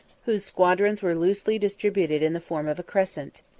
whose squadrons were loosely distributed in the form of a crescent.